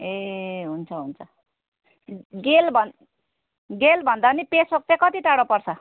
ए हुन्छ हुन्छ गेल भन् गेलभन्दा पनि पेसोक चाहिँ कति टाढो पर्छ